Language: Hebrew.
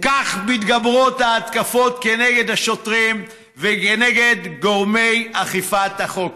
כך מתגברות ההתקפות כנגד השוטרים וכנגד גורמי אכיפת החוק.